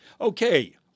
Okay